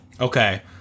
Okay